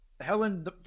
Helen